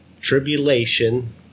tribulation